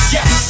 Yes